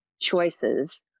choices